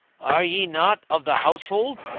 are ye not of the household?